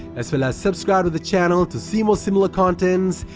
as well as subscribe to the channel to see more similar contents.